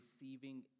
receiving